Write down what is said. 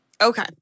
Okay